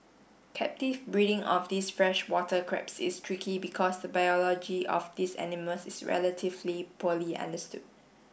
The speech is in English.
captive breeding of these freshwater crabs is tricky because the biology of these animals is relatively poorly understood